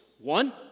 one